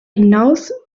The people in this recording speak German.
hinaus